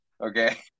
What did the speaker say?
Okay